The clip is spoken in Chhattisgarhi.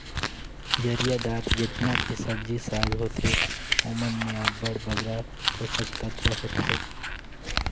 जरियादार जेतना भी सब्जी साग होथे ओमन में अब्बड़ बगरा पोसक तत्व होथे